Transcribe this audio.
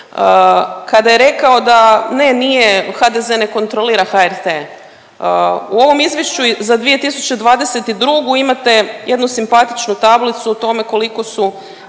kada je rekao da ne, nije, HDZ ne kontrolira HRT. U ovom izvješću za 2022. imate jednu simpatičnu tablicu o tome koliko su